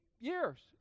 years